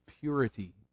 purity